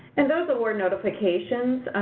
and those award notifications,